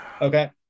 Okay